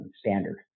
standard